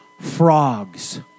frogs